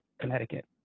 connecticut